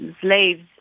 slaves